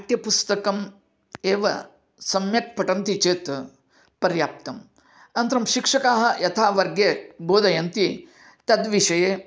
पाठ्यपुस्तकम् एव सम्यक् पठन्ति चेत् पर्याप्तम् अनन्तरं शिक्षकाः यथा वर्गे बोधयन्ति तद्विषये